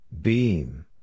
beam